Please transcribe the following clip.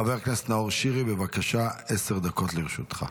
חבר הכנסת נאור שירי, בבקשה, עשר דקות לרשותך.